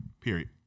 period